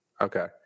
Okay